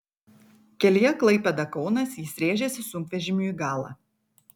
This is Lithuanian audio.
kelyje klaipėda kaunas jis rėžėsi sunkvežimiui į galą